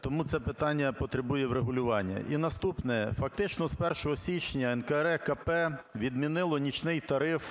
Тому це питання потребує врегулювання. І наступне. Фактично з 1 січня НКРЕКП відмінило нічний тариф